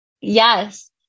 Yes